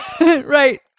Right